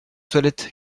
toilettes